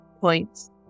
points